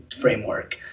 framework